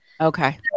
Okay